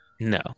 No